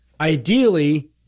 ideally